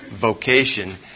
vocation